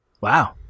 Wow